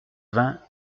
vingts